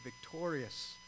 victorious